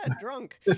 drunk